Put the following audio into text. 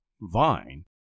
vine